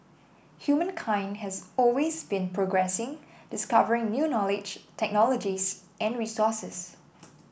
humankind has always been progressing discovering new knowledge technologies and resources